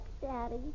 Daddy